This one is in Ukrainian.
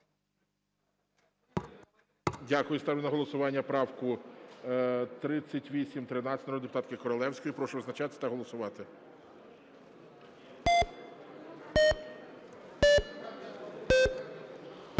Дякую. Ставлю на голосування правку 3813 народної депутатки Королевської. Прошу визначатись та голосувати.